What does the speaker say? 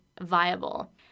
viable